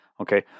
Okay